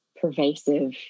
pervasive